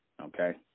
Okay